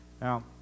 Now